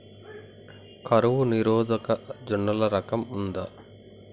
కరువు నిరోధక జొన్నల రకం ఉందా?